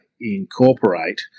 incorporate